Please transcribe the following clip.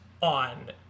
on